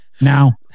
Now